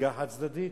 נסיגה חד-צדדית?